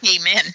Amen